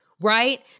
right